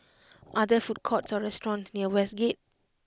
are there food courts or restaurants near Westgate